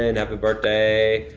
and happy birthday.